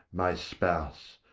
my spouse!